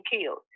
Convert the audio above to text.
killed